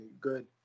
good